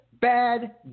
bad